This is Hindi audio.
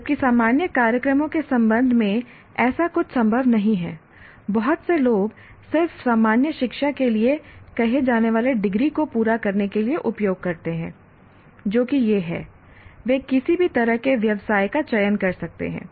जबकि सामान्य कार्यक्रमों के संबंध में ऐसा कुछ संभव नहीं है बहुत से लोग सिर्फ सामान्य शिक्षा के लिए कहे जाने वाले डिग्री को पूरा करने के लिए उपयोग करते हैं जो कि यह है वे किसी भी तरह के व्यवसाय का चयन कर सकते हैं